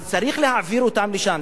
אז צריך להעביר אותן לשם.